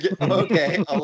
Okay